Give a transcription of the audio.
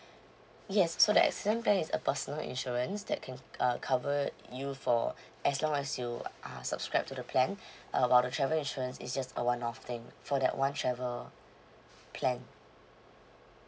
yes so that accident plan is a personal insurance that can uh cover you for as long as you are subscribed to the plan uh while the travel insurance is just a one off thing for that one travel plan